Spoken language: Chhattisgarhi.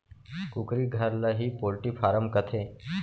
कुकरी घर ल ही पोल्टी फारम कथें